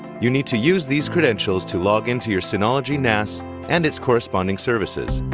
you need to use these credentials to log into your synology nas and its corresponding services.